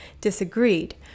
disagreed